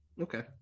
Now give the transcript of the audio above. Okay